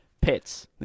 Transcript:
pets